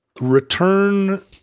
return